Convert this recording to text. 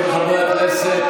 מילה אחרונה.